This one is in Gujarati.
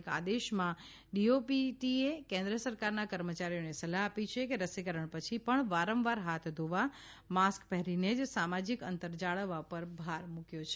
એક આદેશમાં ડીઓપીટીએ કેન્દ્ર સરકારના કર્મચારીઓને સલાહ આપી છે કે રસીકરણ પછી પણ વારંવાર હાથ ધોવા માસ્ક પહેરીને અને સામાજિક અંતર જાળવવા પર ભાર મુક્યો છે